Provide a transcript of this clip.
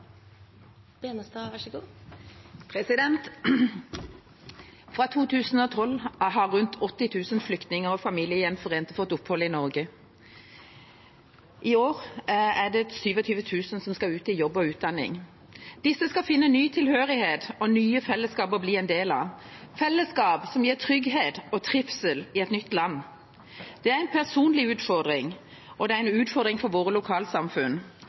Fra 2012 har rundt 80 000 flyktninger og familiegjenforente fått opphold i Norge. I år er det 27 000, som skal ut i jobb og utdanning. Disse skal finne ny tilhørighet og nye fellesskap å bli en del av, fellesskap som gir trygghet og trivsel i et nytt land. Det er en personlig utfordring, og det er en utfordring for våre lokalsamfunn,